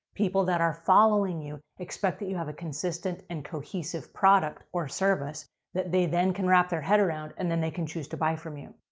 people that are following you expect that you have a consistent and cohesive product or service that they then can wrap their head around and then they choose to buy from you.